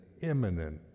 imminent